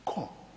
Tko?